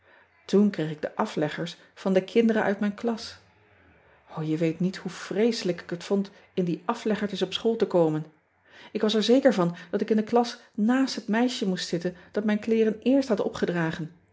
oen kreeg ik de afleggers van de kinderen uit mijn klas je weet niet hoe vreeselijk ik het vond in die afleggertjes op school te komen k was er zeker van dat ean ebster adertje angbeen ik in de as naast het meisje moest zitten dat mijn kleeren eerst had opgedragen